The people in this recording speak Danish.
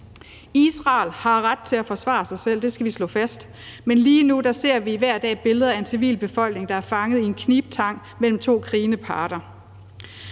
Israel har ret til at forsvare sig selv, det skal vi slå fast, men lige nu ser vi hver dag billeder af en civilbefolkning, der er fanget i en knibtang mellem to krigende parter.